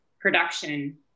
production